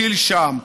טיל שם,